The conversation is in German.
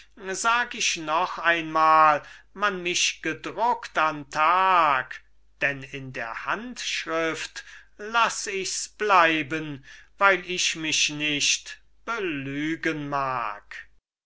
sag ich noch einmal man mich gedruckt an tag denn in der handschrift laß ichs bleiben weil ich mich nicht belügen mag